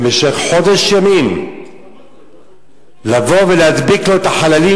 במשך חודש ימים לבוא ולהדביק לו את החללים,